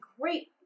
great